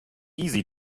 easy